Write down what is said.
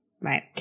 Right